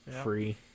Free